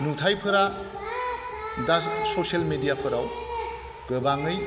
नुथायफोरा दा social media फोराव गोबाङै